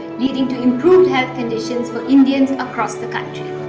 leading to improved health conditions for indians across the country.